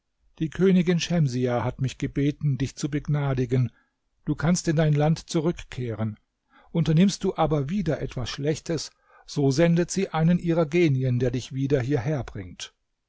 die königin schemsiah hat mich gebeten dich zu begnadigen du kannst in dein land zurückkehren unternimmst du aber wieder etwas schlechtes so sendet sie einen ihrer genien der dich wieder